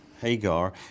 Hagar